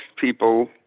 people